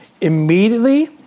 Immediately